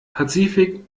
pazifik